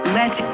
let